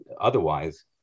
otherwise